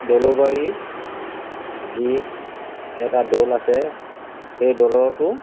দৌলবাৰীৰ যি এটা দৌল আছে সেই দৌলতো